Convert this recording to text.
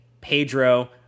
Pedro